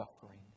suffering